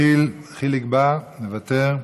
יחיאל חיליק בר, מוותר,